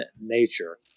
nature